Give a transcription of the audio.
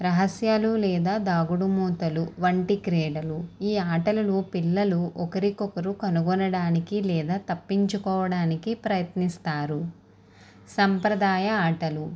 రహస్యాలు లేదా దాగుడుమూతలు వంటి క్రీడలు ఈ ఆటలలో పిల్లలు ఒకరికొకరు కనుగొనడానికి లేదా తప్పించుకోవడానికి ప్రయత్నిస్తారు సంప్రదాయ ఆటలు